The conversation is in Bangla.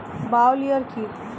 বায়ো লিওর কি?